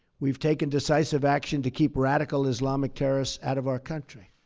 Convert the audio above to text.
we've taken decisive action to keep radical islamic terrorists out of our country.